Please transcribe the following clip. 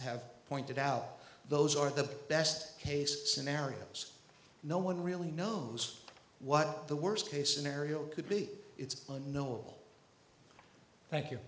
have pointed out those are the best case scenarios no one really knows what the worst case scenario could be it's own no will thank you